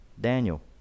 Daniel